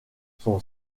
son